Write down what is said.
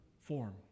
form